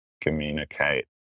communicate